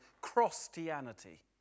Christianity